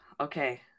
okay